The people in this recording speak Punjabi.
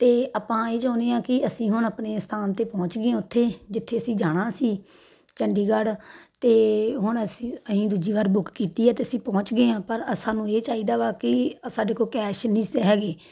ਅਤੇ ਆਪਾਂ ਇਹ ਚਾਹੁੰਦੇ ਹਾਂ ਕਿ ਅਸੀਂ ਹੁਣ ਆਪਣੇ ਸਥਾਨ 'ਤੇ ਪਹੁੰਚ ਗਏ ਹਾਂ ਉੱਥੇ ਜਿੱਥੇ ਅਸੀਂ ਜਾਣਾ ਸੀ ਚੰਡੀਗੜ੍ਹ ਅਤੇ ਹੁਣ ਅਸੀਂ ਅਸੀਂ ਦੂਜੀ ਵਾਰ ਬੁੱਕ ਕੀਤੀ ਹੈ ਅਤੇ ਅਸੀਂ ਪਹੁੰਚ ਗਏ ਹਾਂ ਪਰ ਸਾਨੂੰ ਇਹ ਚਾਹੀਦਾ ਵਾ ਕਿ ਸਾਡੇ ਕੋਲ ਕੈਸ਼ ਨਹੀਂ ਸੀ ਹੈਗੇ